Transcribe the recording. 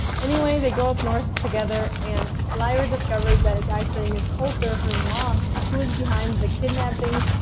anyway they go up north together and lyra discovers that it's actually miss coulter, her mom, who is behind the kidnappings.